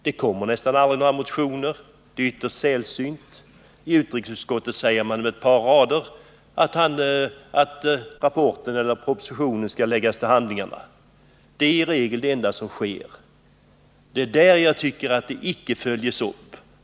Det kommer nästan aldrig några motioner, det är ytterst sällsynt. I utrikesutskottet säger man med ett par rader att propositionen skall läggas till handlingarna. Det är i regel det enda som sker. Det är på grund av detta jag tycker att samarbetet icke följs upp.